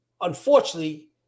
unfortunately